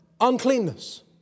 uncleanness